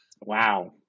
Wow